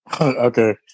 Okay